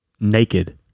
Naked